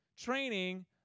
training